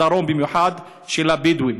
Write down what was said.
בדרום במיוחד, של הבדואים.